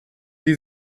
die